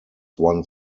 one